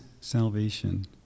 salvation